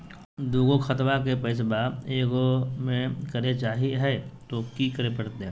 दू गो खतवा के पैसवा ए गो मे करे चाही हय तो कि करे परते?